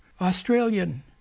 Australian